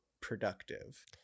productive